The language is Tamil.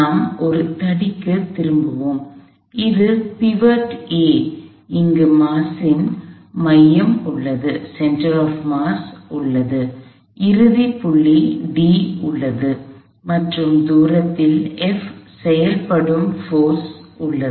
நாம் ஒரு தடிக்குத் திரும்புவோம் இது பிவட் ஏ இங்கு மாஸ்ஸின் மையம் உள்ளது இறுதிப் புள்ளி d உள்ளது மற்றும் தூரத்தில் F செயல்படும் போர்ஸ் உள்ளது